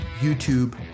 YouTube